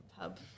pub